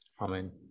Amen